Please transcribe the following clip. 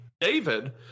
David